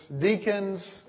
deacons